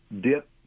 dip